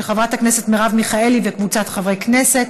של חברת הכנסת מרב מיכאלי וקבוצת חברי הכנסת.